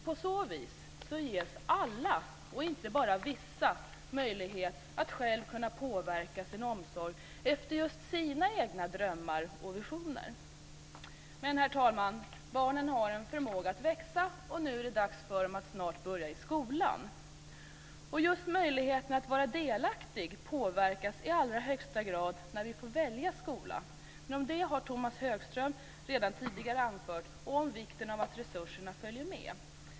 På så vis ges alla, inte bara vissa, möjlighet att själva påverka sin omsorg efter just sina egna drömmar och visioner. Men, herr talman, barnen har en förmåga att växa, och nu är det snart dags för dem att börja i skolan. Just möjligheten att vara delaktig påverkas i allra högsta grad när vi får välja skola. Om detta har Tomas Högström tidigare talat, liksom om vikten av att resurserna följer eleven.